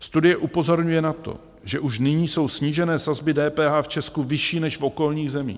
Studie upozorňuje na to, že už nyní jsou snížené sazby DPH v Česku vyšší než v okolních zemích.